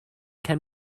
can